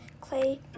Clay